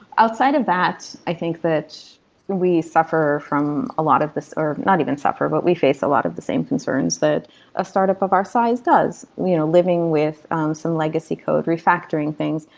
outside of that, i think that we suffer from a lot of this or not even suffer, but we face a lot of the same concerns that a startup of our size does. you know living with um some legacy code, refactoring things,